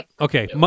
okay